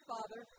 Father